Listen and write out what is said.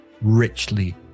richly